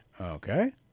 Okay